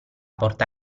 porta